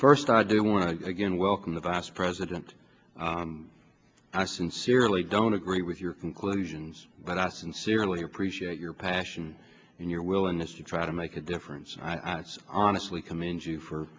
first i do want to again welcome the vice president and i sincerely don't agree with your conclusions but i sincerely appreciate your passion and your willingness to try to make a difference and i it's honestly commend you for